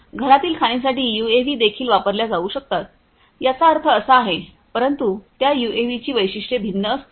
घरातील खाणींसाठी यूएव्ही देखील वापरल्या जाऊ शकतात याचा अर्थ असा आहे परंतु त्या यूएव्हीची वैशिष्ट्ये भिन्न असतील